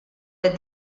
with